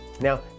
Now